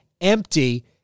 empty